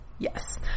Yes